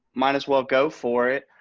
might as well go for it.